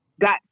got